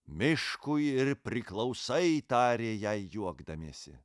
miškui ir priklausai tarė jai juokdamiesi